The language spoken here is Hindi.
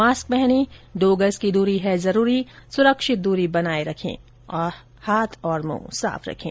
मास्क पहनें दो गज की दूरी है जरूरी सुरक्षित दूरी बनाए रखें हाथ और मुंह साफ रखें